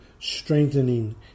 strengthening